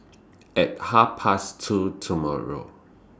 At Half Past two tomorrow